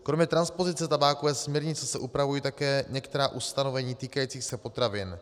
Kromě transpozice tabákové směrnice se upravují také některá ustanovení týkající se potravin: